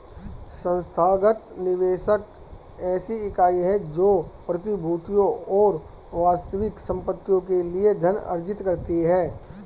संस्थागत निवेशक ऐसी इकाई है जो प्रतिभूतियों और वास्तविक संपत्तियों के लिए धन अर्जित करती है